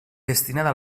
destinada